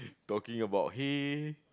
talking about hay